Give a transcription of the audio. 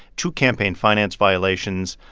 two campaign finance violations,